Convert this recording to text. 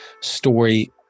Story